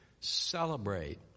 celebrate